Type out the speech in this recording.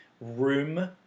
room